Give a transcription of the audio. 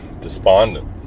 despondent